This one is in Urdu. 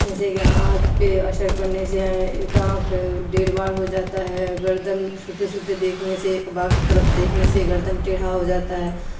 جیسے کہ آنکھ پہ اثر پڑنے سے ایک آنکھ ڈیڑھ باڑ ہو جاتا ہے گردن سوتے سوتے دیکھنے سے ایک باگھ طرف دیکھنے سے گردن ٹیڑھا ہو جاتا ہے